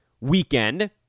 weekend